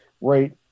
right